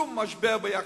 שום משבר ביחסים,